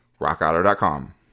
rockauto.com